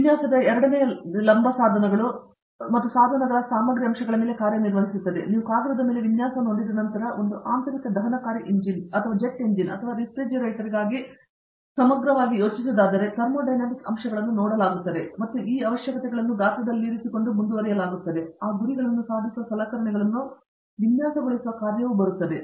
ವಿನ್ಯಾಸದ ಎರಡನೆಯ ಲಂಬ ಸಾಧನಗಳು ಮತ್ತು ಸಾಧನಗಳ ಸಾಮಗ್ರಿ ಅಂಶಗಳ ಮೇಲೆ ಕಾರ್ಯನಿರ್ವಹಿಸುತ್ತದೆ ನೀವು ಕಾಗದದ ಮೇಲೆ ವಿನ್ಯಾಸವನ್ನು ಹೊಂದಿದ ನಂತರ ನೀವು ಒಂದು ಆಂತರಿಕ ದಹನಕಾರಿ ಎಂಜಿನ್ ಅಥವಾ ಜೆಟ್ ಇಂಜಿನ್ ಅಥವಾ ರಿಫ್ರೆಜರೇಟರ್ಗಾಗಿ ಸಮಗ್ರವಾಗಿ ಹೇಳುವುದಾದರೆ ಥರ್ಮೊಡೈನಮಿಕ್ ಅಂಶಗಳನ್ನು ನೋಡಲಾಗುತ್ತಿದೆ ಮತ್ತು ಅವಶ್ಯಕತೆಗಳನ್ನು ಗಾತ್ರದಲ್ಲಿರಿಸಲಾಗುತ್ತದೆ ನಂತರ ಆ ಗುರಿಗಳನ್ನು ಸಾಧಿಸುವ ಸಲಕರಣೆಗಳನ್ನು ವಿನ್ಯಾಸಗೊಳಿಸುವ ಕಾರ್ಯವು ಬರುತ್ತದೆ